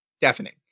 Deafening